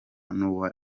n’uwa